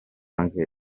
anche